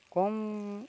କମ୍